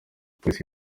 polisi